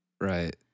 Right